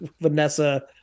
Vanessa